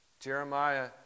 Jeremiah